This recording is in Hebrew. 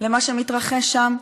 למה שמתרחש שם?